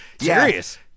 Serious